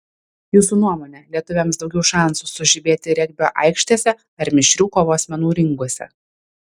jūsų nuomone lietuviams daugiau šansų sužibėti regbio aikštėse ar mišrių kovos menų ringuose